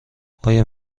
آیا